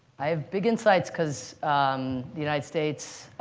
i have big insights, because the united states